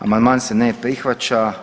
Amandman se ne prihvaća.